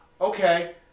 okay